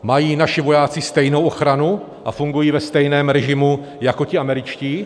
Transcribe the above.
Mají naši vojáci stejnou ochranu a fungují ve stejném režimu jako ti američtí?